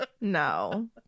no